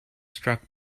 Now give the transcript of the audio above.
struck